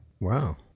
Wow